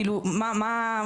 כאילו, מה?